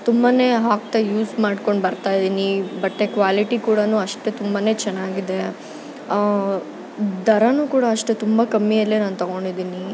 ತುಂಬ ಹಾಕ್ತಾ ಯೂಸ್ ಮಾಡ್ಕೊಂಡು ಬರ್ತಾ ಇದ್ದೀನಿ ಬಟ್ಟೆ ಕ್ವಾಲಿಟಿ ಕೂಡಾ ಅಷ್ಟೆ ತುಂಬಾ ಚೆನ್ನಾಗಿದೆ ದರನೂ ಕೂಡ ಅಷ್ಟೆ ತುಂಬ ಕಮ್ಮಿಯಲ್ಲೇ ನಾನು ತೊಗೊಂಡಿದೀನಿ